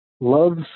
loves